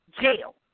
jail